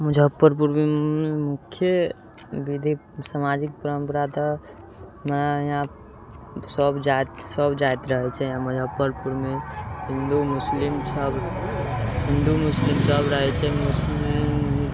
मुजफ्फरपुरमे मुख्य विधिक सामाजिक परम्परा तऽ यहाँ सभ जाति सभ जाति रहैत छै यहाँ मुजफ्फरपुरमे हिन्दू मुस्लिम सभ हिन्दू मुस्लिमसभ रहैत छै मुस्लिम